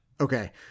Okay